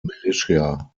militia